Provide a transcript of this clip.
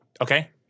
Okay